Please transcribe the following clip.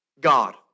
God